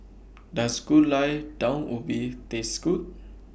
Does Gulai Daun Ubi Taste Good